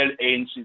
ANC